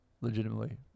legitimately